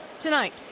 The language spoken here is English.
Tonight